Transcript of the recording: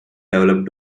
develop